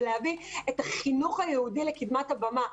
ולהביא את החינוך היהודי לקדמת הבמה,